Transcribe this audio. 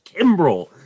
Kimbrel